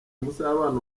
muzabana